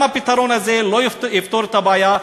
גם הפתרון הזה לא יפתור את הבעיה,